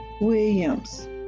williams